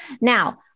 now